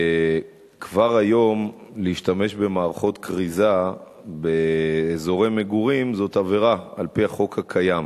כבר היום שימוש במערכות כריזה באזורי מגורים זה עבירה על-פי החוק הקיים.